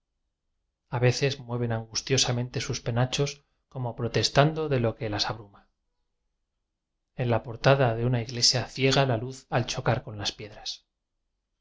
veces mueven angusíioíiosamente sus penachos como protestando de lo que las abruma en la portada de una iglesia ciega la luz al chocar con las pie